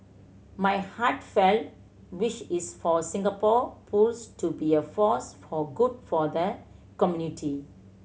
my heartfelt wish is for Singapore Pools to be a force for good for the community